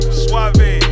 suave